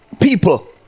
people